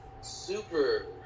Super